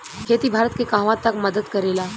खेती भारत के कहवा तक मदत करे ला?